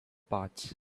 parts